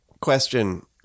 question